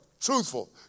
truthful